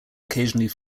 occasionally